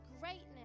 greatness